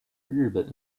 日本